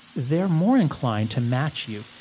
they're more inclined to match you